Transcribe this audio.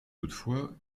toutefois